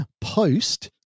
post